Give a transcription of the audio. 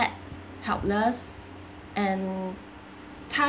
helpless and